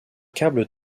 câbles